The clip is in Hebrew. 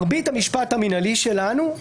מרבית המשפט המינהלי שלנו,